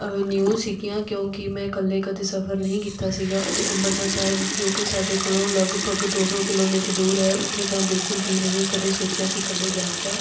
new ਸੀਗੀਆਂ ਕਿਉਂਕਿ ਮੈਂ ਇਕੱਲੇ ਕਦੇ ਸਫ਼ਰ ਨਹੀਂ ਕੀਤਾ ਸੀਗਾ ਅਤੇ ਅੰਬਰਸਰ ਸਾਹਿਬ ਜੋ ਕਿ ਸਾਡੇ ਕੋਲੋਂ ਲਗਭਗ ਦੋ ਸੌ ਕਿਲੋਮੀਟਰ ਦੂਰ ਹੈ ਉੱਥੇ ਤਾਂ ਬਿਲਕੁਲ ਵੀ ਨਹੀਂ ਕਦੇ ਸੋਚਿਆ ਸੀ ਇਕੱਲੇ ਜਾਣ ਦਾ